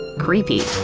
creepy?